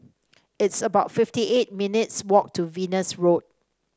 it's about fifty eight minutes' walk to Venus Road